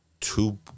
Two